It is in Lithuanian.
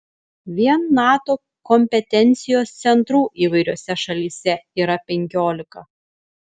vien nato kompetencijos centrų įvairiose šalyse yra penkiolika